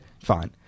Fine